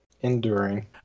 enduring